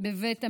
בבית המשפט.